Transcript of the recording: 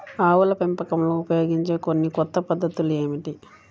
ఆవుల పెంపకంలో ఉపయోగించే కొన్ని కొత్త పద్ధతులు ఏమిటీ?